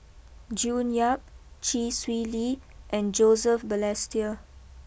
June Yap Chee Swee Lee and Joseph Balestier